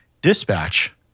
Dispatch